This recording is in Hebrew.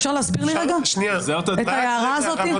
אפשר להסביר את ההערה הזאת?